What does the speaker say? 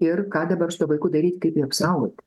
ir ką dabar su tuo vaiku daryt kaip jį apsaugot